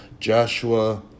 Joshua